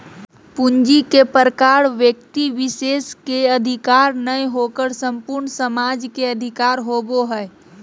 पूंजी के प्रकार व्यक्ति विशेष के अधिकार नय होकर संपूर्ण समाज के अधिकार होबो हइ